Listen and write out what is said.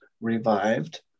revived